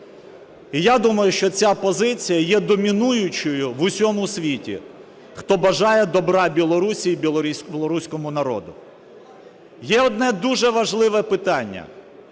І я думаю, що ця позиція є домінуючою у всьому світі, хто бажає добра Білорусі і білоруському народу. Є одне дуже важливе питання.